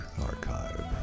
Archive